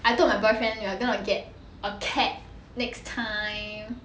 I told my boyfriend we are gonna get a cat next time